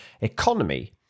economy